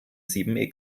sieben